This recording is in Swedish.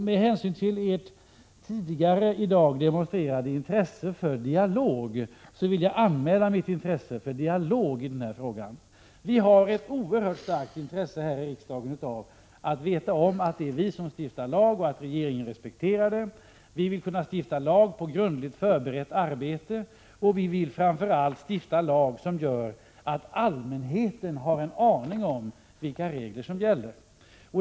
Med hänsyn till ert tidigare i dag demonstrerade intresse för dialog vill jag anmäla mitt intresse för en sådan. Vi har här i riksdagen ett oerhört starkt intresse av att veta att det är vi som stiftar lag och att regeringen respekterar detta. Vi vill kunna stifta lag på grundligt förberett arbete, och vi vill framför allt stifta lag som gör att allmänheten har en aning om vilka regler som gäller.